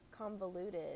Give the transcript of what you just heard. convoluted